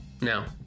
no